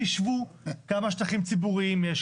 חישבו כמה שטחים ציבוריים יש,